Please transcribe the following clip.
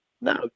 No